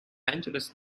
angeles